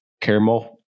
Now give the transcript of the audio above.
caramel